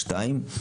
שתיים,